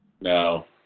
No